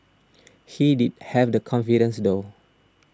he did have the confidence though